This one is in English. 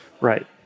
right